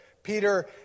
Peter